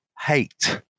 hate